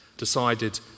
decided